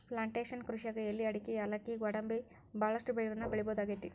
plantation ಕೃಷಿಯಾಗ್ ಎಲಿ ಅಡಕಿ ಯಾಲಕ್ಕಿ ಗ್ವಾಡಂಬಿ ಬಹಳಷ್ಟು ಬೆಳಿಗಳನ್ನ ಬೆಳಿಬಹುದಾಗೇತಿ